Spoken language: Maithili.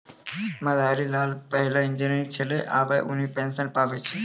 मदारी लाल पहिलै इंजीनियर छेलै आबे उन्हीं पेंशन पावै छै